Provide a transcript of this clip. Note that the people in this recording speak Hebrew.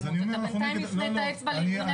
בינתיים הפנית אצבע לארגוני